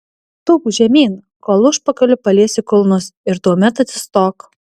tūpk žemyn kol užpakaliu paliesi kulnus ir tuomet atsistok